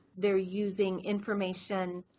they're using information